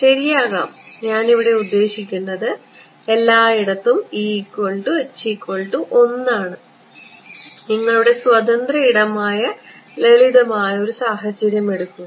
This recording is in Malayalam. ശരിയാകാം ഇവിടെ ഞാൻ ഉദ്ദേശിക്കുന്നത് എല്ലായിടത്തും ആണ് നിങ്ങളുടെ സ്വതന്ത്ര ഇടമായ ലളിതമായ ഒരു സാഹചര്യം എടുക്കുക